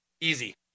easy